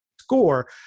score